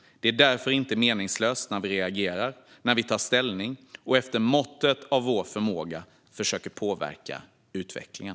Det är därför inte meningslöst när vi reagerar, tar ställning och efter måttet av vår förmåga försöker påverka utvecklingen.